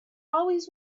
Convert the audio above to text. always